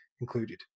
included